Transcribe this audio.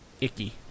icky